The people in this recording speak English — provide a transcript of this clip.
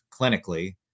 clinically